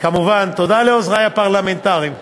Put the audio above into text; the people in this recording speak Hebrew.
וכמובן תודה לעוזרי הפרלמנטריים מרב,